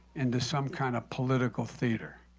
into some kind of political theater.